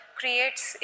creates